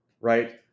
right